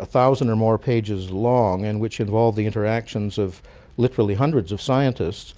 ah thousand or more pages long and which involve the interactions of literally hundreds of scientists,